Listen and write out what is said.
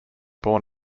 born